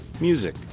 music